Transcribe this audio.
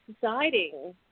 deciding